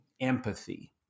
empathy